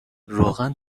روغن